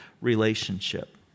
relationship